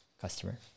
customer